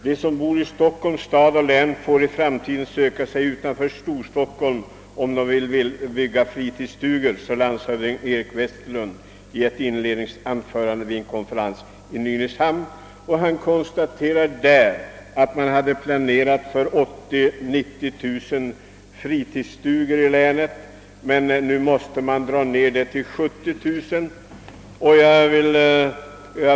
De som bor i Stockholms stad och län får i framtiden söka sig utanför Storstockholm om de vill bygga fritidsstugor, sa landshövding Erik Westerlind i sitt inledningsanförande vid en konferens i Nynäshamn.» Landshövding Westerlind konstaterade vidare att man hade planerat ytterligare 80 000—90 000 fritidsstugor i lä net men att man nu måste dra ned antalet till 70 000.